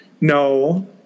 no